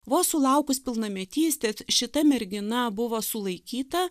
vos sulaukus pilnametystės šita mergina buvo sulaikyta